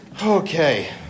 Okay